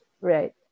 Right